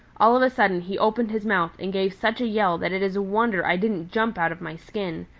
all of a sudden he opened his mouth and gave such a yell that it is a wonder i didn't jump out of my skin.